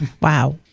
Wow